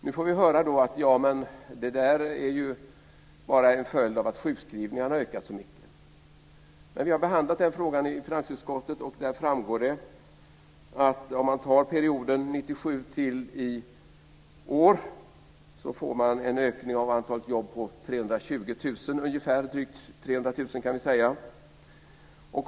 Nu får vi höra att det bara är en följd av att sjukskrivningarna har ökat så mycket. Vi har behandlat den frågan i finansutskottet. Där framgår det att om man tar perioden från 1997 till i år är ökningen av antalet jobb ungefär 320 000, vi kan säga drygt 300 000.